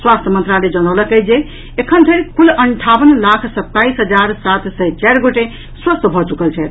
स्वास्थ्य मंत्रालय जनौलनि अछि जे एखन धरि कुल अन्ठावन लाख सताइस हजार सात सय चारि गोटे स्वस्थ भऽ चुकल छथि